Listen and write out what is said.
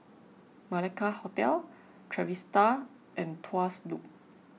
Malacca Hotel Trevista and Tuas Loop